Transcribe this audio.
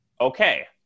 okay